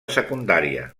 secundària